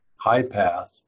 high-path